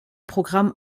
programm